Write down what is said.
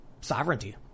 sovereignty